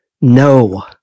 no